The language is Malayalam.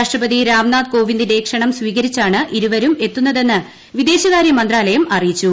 രാഷ്ട്രപതി രാംനാഥ് കോവിന്ദിന്റെ ക്ഷണം സ്വീകരിച്ചാണ് ഇരുവരും എത്തുന്നതെന്ന് വിദേശകാര്യ മന്ത്രാലയം അറിയിച്ചു